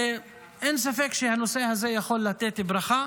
אין ספק שהנושא הזה יכול לתת ברכה,